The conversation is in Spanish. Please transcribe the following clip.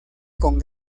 con